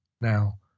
now